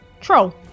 troll